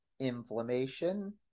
inflammation